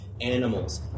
animals